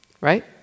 right